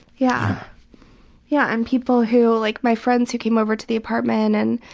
yeah yeah and people who like my friends who came over to the apartment. and